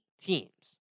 teams